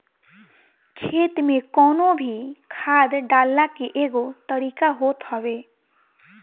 खेत में कवनो भी खाद डालला के एगो तरीका होत हवे